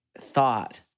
thought